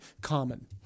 common